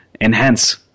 enhance